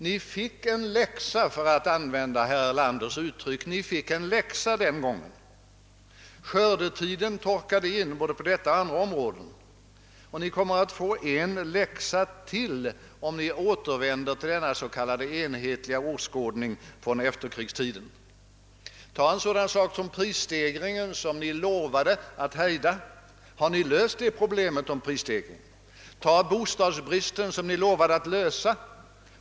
Ni fick en läxa den gången, för att använda herr Erlanders uttryck. Skördetiden torkade in både på detta och flera andra områden. Ni kommer att få en läxa nu också om ni återvänder till denna s.k. enhetliga åskådning från efterkrigstiden. — Ta sedan en sådan sak som prisstegringen som ni lovade att hejda. Har ni löst det problemet? Ta frågan om bostadsbristen som ni lovade att lösa.